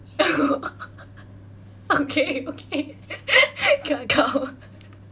okay okay kakao